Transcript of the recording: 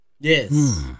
yes